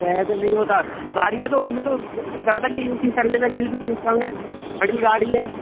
अरे ऐसे नहीं होता तो गाड़ी में तो उसमें तो था कि ऐसी सर्विस म्यूसिक सीस्टम है बड़ी गाड़ी है